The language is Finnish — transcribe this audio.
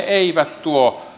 eivät tuo